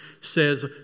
says